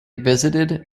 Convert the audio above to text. visited